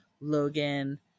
Logan